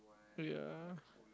ya